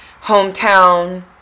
hometown